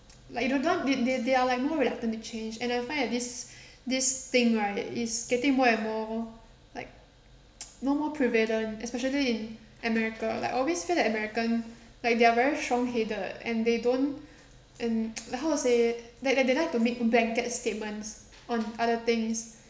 like you don't want they they they are like more reluctant to change and I find ah this this thing right is getting more and more like no more prevalent especially in america like always feel like american like they're very strong headed and they don't and like how to say they they like to make blanket statements on other things